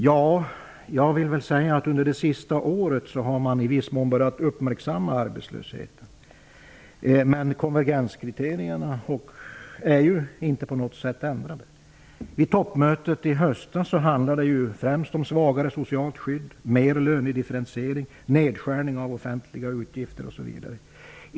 Jag vill säga att man under det sista året i viss mån har börjat uppmärksamma arbetslösheten, men konvergensvillkoren är ju inte på något sätt ändrade. Vid toppmötet i höstas handlade det främst om svagare socialt skydd, mer lönedifferentiering, nedskärning av offentliga utgifter osv.